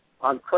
on